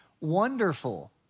wonderful